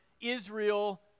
Israel